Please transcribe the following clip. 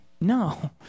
No